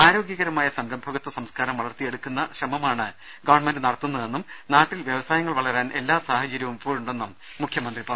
ആരോഗ്യകരമായ സംരംഭകത്വ സംസ്കാരം വളർത്തിയെടു ക്കുന്ന ശ്രമമാണ് ഗവൺമെന്റ് നടത്തുന്നതെന്നും നാട്ടിൽ വ്യവസായങ്ങൾ വളരാൻ എല്ലാ സാഹചര്യവും ഇപ്പോഴുണ്ടെന്നും മുഖ്യമന്ത്രി പറഞ്ഞു